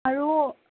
আৰু